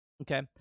okay